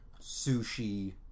sushi